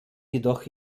jedoch